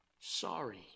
sorry